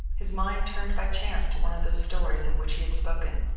his mind turned by chance to one of those stories of which he had spoken.